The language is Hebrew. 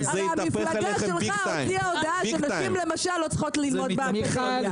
המפלגה שלך הוציאה הודעה שלמשל נשים לא צריכות ללמוד באקדמיה.